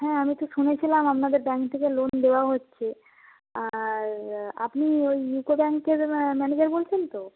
হ্যাঁ আমি তো শুনেছিলাম আপনাদের ব্যাংক থেকে লোন দেওয়া হচ্ছে আর আপনি ওই ইউকো ব্যাংকের ম্যানেজার বলছেন তো